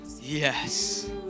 Yes